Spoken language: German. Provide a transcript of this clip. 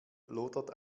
lodert